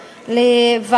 עוד לא השעו אותך?